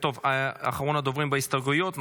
אחרון הדוברים בהסתייגויות.